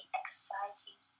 exciting